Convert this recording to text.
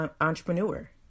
entrepreneur